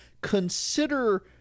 consider